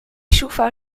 schufa